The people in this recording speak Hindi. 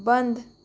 बंद